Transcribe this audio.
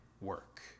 work